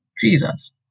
Jesus